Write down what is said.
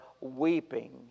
weeping